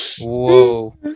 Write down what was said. whoa